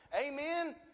Amen